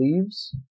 leaves